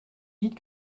dites